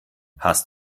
hast